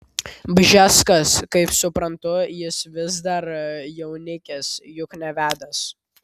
bžeskas kaip suprantu jis vis dar jaunikis juk nevedęs